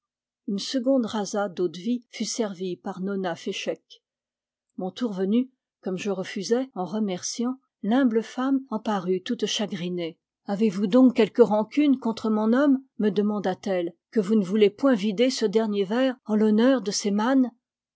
une seconde rasade d'eau-de-vie fut servie par nona féchec mon tour venu comme je refusais en remerciant l'humble femme en parut toute chagrinée avez-vous donc quelque rancune contre mon homme me demanda-t-elle que vous ne voulez point vider ce dernier verre en l'honneur de ses mânes